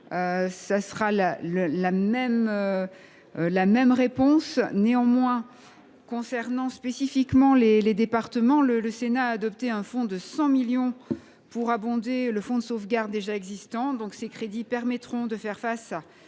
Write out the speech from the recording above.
sera la même. Néanmoins, concernant spécifiquement les départements, le Sénat a adopté un fonds de 100 millions d’euros pour abonder le fonds de sauvegarde déjà existant. Ces crédits permettront de faire face à